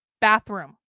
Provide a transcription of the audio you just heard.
bathroom